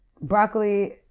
broccoli